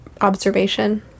observation